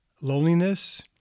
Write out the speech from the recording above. loneliness